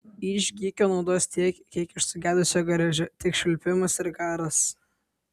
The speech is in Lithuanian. iš gykio naudos tiek kiek iš sugedusio garvežio tik švilpimas ir garas